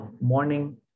morning